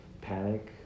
panic